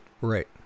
Right